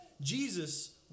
Jesus